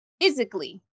physically